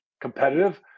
competitive